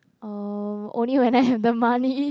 uh only when I have the money